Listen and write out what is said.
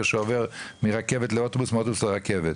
שעובר מרכבת לאוטובוס ומאוטובוס לרכבת.